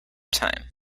time